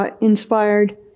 inspired